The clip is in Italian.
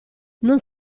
non